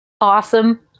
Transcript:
awesome